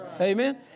Amen